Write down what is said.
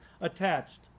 attached